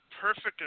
perfect